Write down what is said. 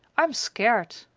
i'm scared!